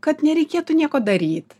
kad nereikėtų nieko daryt